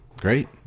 great